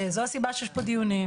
זו הסיבה שיש פה דיונים,